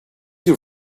your